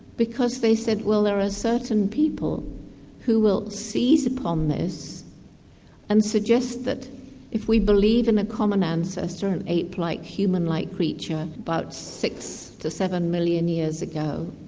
because they said there are ah certain people who will seize upon this and suggest that if we believe in a common ancestor, an ape-like, human-like creature about six to seven million years ago,